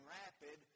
rapid